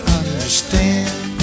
understand